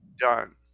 Done